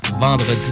vendredi